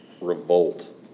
revolt